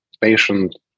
patient